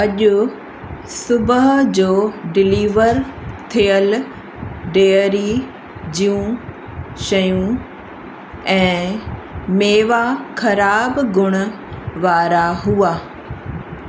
अॼु सुबुह जो डिलीवर थियलु डेयरी जूं शयूं ऐं मेवा ख़राब गुण वारा हुआ